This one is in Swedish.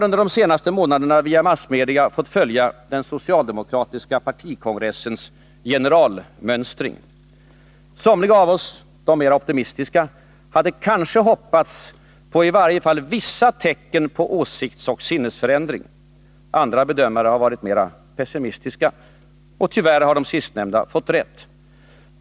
Under de senaste månaderna har vi via massmedia fått följa den socialdemokratiska partikongressens generalmönstring. Somliga av oss — de mera optimistiska — hade kanske hoppats på i varje fall vissa tecken på åsiktsoch sinnesförändring. Andra bedömare har varit mera pessimistiska. Tyvärr har de sistnämnda fått rätt.